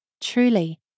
Truly